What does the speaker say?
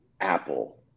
Apple